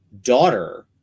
daughter